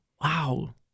Wow